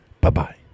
Bye-bye